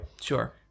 Sure